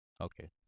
Okay